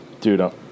dude